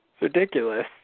ridiculous